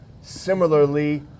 similarly